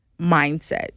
mindset